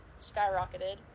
skyrocketed